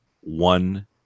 one